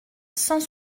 cent